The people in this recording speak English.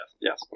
Yes